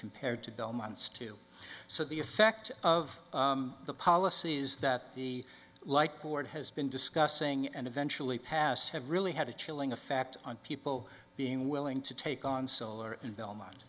compared to bill months too so the effect of the policy is that the light board has been discussing and eventually pass have really had a chilling effect on people being willing to take on solar in belmont